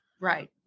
Right